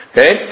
Okay